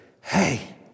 hey